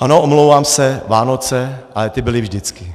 Ano, omlouvám se, Vánoce, ale ty byly vždycky.